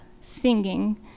singing